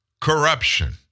corruption